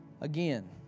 again